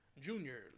Junior